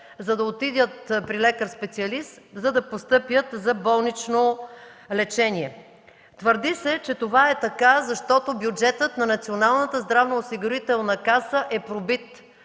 за да отидат при лекар специалист, за да постъпят за болнично лечение. Твърди се, че това е така, защото бюджетът на Националната здравноосигурителна каса е пробит.